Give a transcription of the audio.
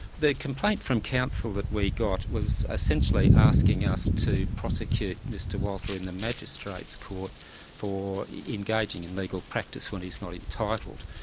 the complaint from council that we got was essentially asking us to prosecute mr walter in the magistrate's court for engaging in legal practice when he's not entitled.